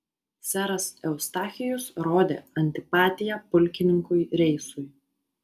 seras eustachijus rodė antipatiją pulkininkui reisui